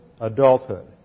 adulthood